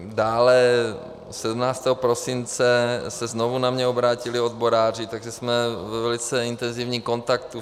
Dále, 17. prosince se znovu na mě obrátili odboráři, takže jsme ve velice intenzivním kontaktu.